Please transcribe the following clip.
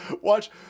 Watch